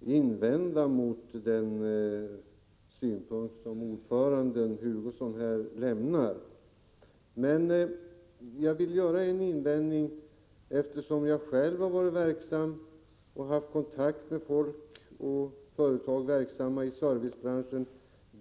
invända mot den synpunkt som utskottets ordförande Kurt Hugosson här anför. Jag vill ändå göra en invändning, eftersom jag själv har varit verksam i — och haft kontakt med folk och företag som är verksamma i — servicebranschen.